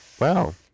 Wow